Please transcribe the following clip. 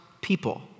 people